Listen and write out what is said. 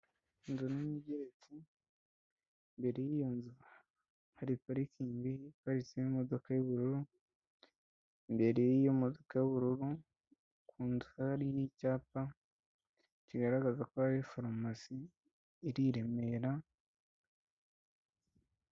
Inzu nini igeretse, imbere y'iyo nzu hari parikingi iparitsemo imodoka y'ubururu, imbere y'iyo modoka y'ubururu, ku nzu hariho icyapa kigaragaza ko ari farumasi iri i Remera...